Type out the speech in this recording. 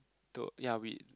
to ya we